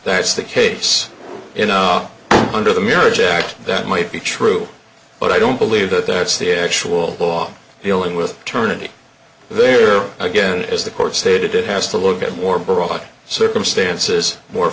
that's the case you know under the marriage act that might be true but i don't believe that that's the actual law dealing with turning there again as the court stated it has to look at more broad circumstances more